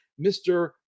Mr